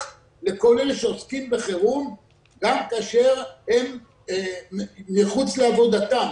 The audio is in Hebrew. לכל אלה שעוסקים בחירום גם כאשר הם מחוץ לעבודתם